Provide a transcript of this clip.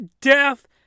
death